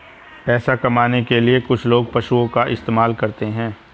पैसा कमाने के लिए कुछ लोग पशुओं का इस्तेमाल करते हैं